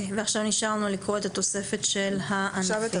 ועכשיו נשאר לנו להקריא את התוספת של הענפים,